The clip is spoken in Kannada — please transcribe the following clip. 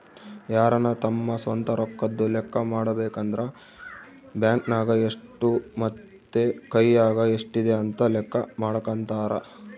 ಯಾರನ ತಮ್ಮ ಸ್ವಂತ ರೊಕ್ಕದ್ದು ಲೆಕ್ಕ ಮಾಡಬೇಕಂದ್ರ ಬ್ಯಾಂಕ್ ನಗ ಎಷ್ಟು ಮತ್ತೆ ಕೈಯಗ ಎಷ್ಟಿದೆ ಅಂತ ಲೆಕ್ಕ ಮಾಡಕಂತರಾ